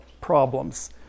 problems